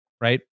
right